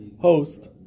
host